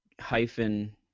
hyphen